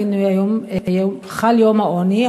הנה, היום חל יום המאבק בעוני.